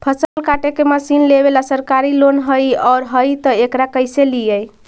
फसल काटे के मशीन लेबेला सरकारी लोन हई और हई त एकरा कैसे लियै?